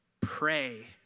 pray